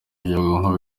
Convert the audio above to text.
by’ubwoko